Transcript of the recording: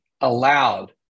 allowed